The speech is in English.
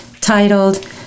titled